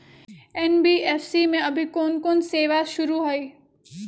NBFC में अभी कोन कोन सेवा शुरु हई?